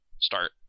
start